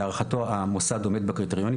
להערכתו המוסד עומד בקריטריונים,